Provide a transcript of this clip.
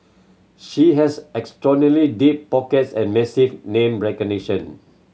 she has extraordinary deep pockets and massive name recognition